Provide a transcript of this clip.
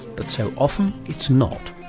but so often it's not.